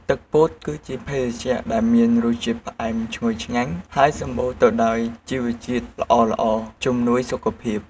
ទឹកពោត គឺជាភេសជ្ជៈដែលមានរសជាតិផ្អែមឈ្ងុយឆ្ងាញ់ ហើយសម្បូរទៅដោយជីវជាតិល្អៗជំនួយសុខភាព។